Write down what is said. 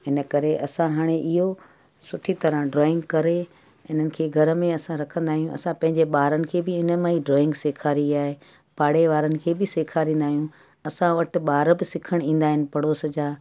इन करे असां हाणे इहो ठी तरहं ड्रॉईंग करे इन्हनि खे घर में असां रखंदा आहियूं असां ॿारनि खे बि इनमां ई ड्रॉईंग सेखारी आहे पाड़ेवारनि खे बि सेखारींदा आयूं असां वटि ॿार सिखण ईंदा आहिनि पड़ोस जा